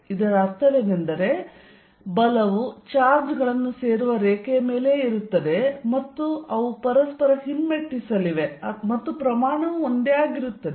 ಇದರ ಅರ್ಥವೇನೆಂದರೆ ಬಲವು ಚಾರ್ಜ್ಗಳನ್ನು ಸೇರುವ ರೇಖೆಯ ಮೇಲೆಯೇ ಇರುತ್ತದೆ ಮತ್ತು ಅವು ಪರಸ್ಪರ ಹಿಮ್ಮೆಟ್ಟಿಸಲಿವೆ ಮತ್ತು ಪ್ರಮಾಣವು ಒಂದೇ ಆಗಿರುತ್ತದೆ